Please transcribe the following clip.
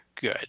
good